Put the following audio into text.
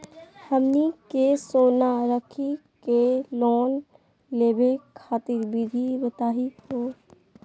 हमनी के सोना रखी के लोन लेवे खातीर विधि बताही हो?